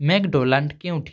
make Donald କେଉଁଠି